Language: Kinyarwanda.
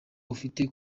afite